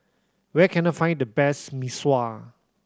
where can I find the best Mee Sua